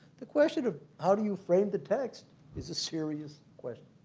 the question of how do you frame the text is a serious question.